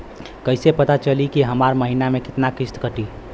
कईसे पता चली की हमार महीना में कितना किस्त कटी?